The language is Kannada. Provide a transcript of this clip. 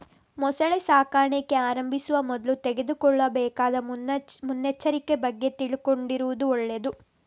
ಮೊಸಳೆ ಸಾಕಣೆ ಆರಂಭಿಸುವ ಮೊದ್ಲು ತೆಗೆದುಕೊಳ್ಳಬೇಕಾದ ಮುನ್ನೆಚ್ಚರಿಕೆ ಬಗ್ಗೆ ತಿಳ್ಕೊಂಡಿರುದು ಒಳ್ಳೇದು